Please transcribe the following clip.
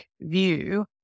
view